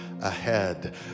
ahead